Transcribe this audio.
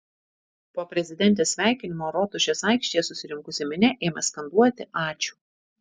po prezidentės sveikinimo rotušės aikštėje susirinkusi minia ėmė skanduoti ačiū